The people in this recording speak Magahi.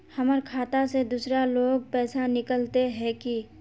हमर खाता से दूसरा लोग पैसा निकलते है की?